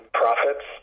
profits